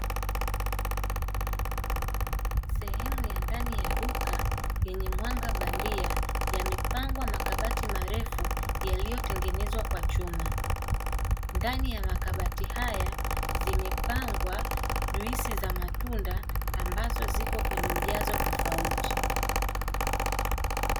Sehemu ya ndani ya duka yenye mwanga bandia yamepangwa makabati marefu yaliyotengenezwa kwa chuma. Ndani ya makabati haya zimepangwa juisi za matunda ambazo zipo kwenye ujazo tofauti.